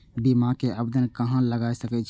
बीमा के आवेदन कहाँ लगा सके छी?